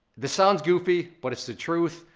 this sounds goofy, but it's the truth,